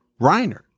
Reiner